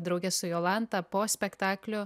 drauge su jolanta po spektaklių